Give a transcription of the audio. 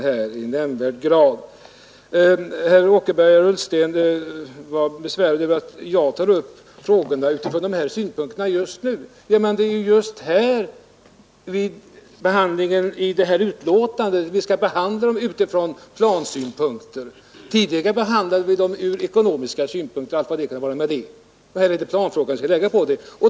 Herr Åkerfeldt och herr Ullsten var besvärade över att jag tog upp frågan från dessa synpunkter nu. Det är ju just vid behandlingen av detta betänkande som vi skall syssla med frågan utifrån plansynpunkter. Tidigare behandlade vi den ur ekonomiska synpunkter och här är det plansynpunkterna vi skall lägga på den.